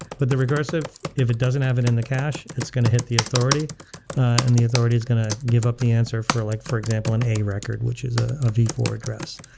but the recursive, if it doesn't have it in the cache, it's going to hit the authority and the authority is going to give up the answer for, like for example, in a record, which is ah a v four address.